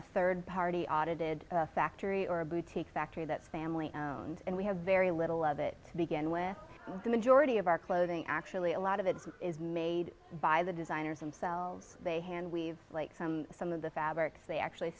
a third party audited factory or a boutique factory that family owned and we have very little of it to begin with the majority of our clothing actually a lot of it is made by the designers and sells they hand weave like some of the fabrics they actually